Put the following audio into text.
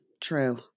true